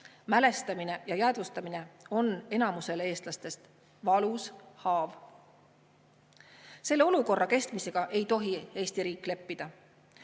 mälestuse jäädvustamine on enamikule eestlastest valus haav. Selle olukorra kestmisega ei tohi Eesti riik leppida.